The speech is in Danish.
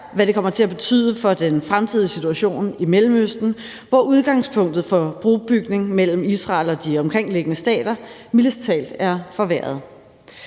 hvad det kommer til at betyde for den fremtidige situation i Mellemøsten, hvor udgangspunktet for brobygning mellem Israel og de omkringliggende stater mildest talt er forværret.